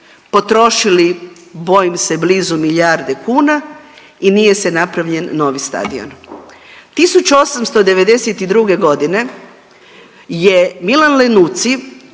potrošili bojim se blizu milijarde kuna i nije se napravio novi stadion. 1892.g. je Milan Lenuci